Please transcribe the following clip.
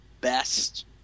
best